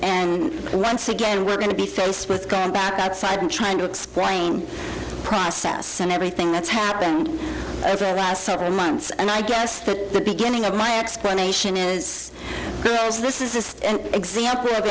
and once again we're going to be faced with go back outside and try to explain process and everything that's happened over the last several months and i guess that the beginning of my explanation is good as this is just an example of